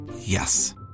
Yes